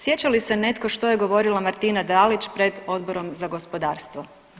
Sjeća li se netko što je govorila Martina Dalić pred Odborom za gospodarstvo?